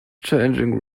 changing